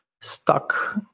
stuck